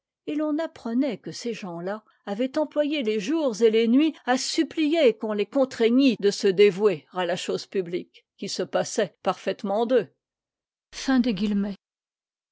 et l'on apprenait que ces gens-là avaient emptoyé es jours et les nuits à supplier qu'on les contraignît de se dévouer à la chose publique qui se passait parfaitement d'eux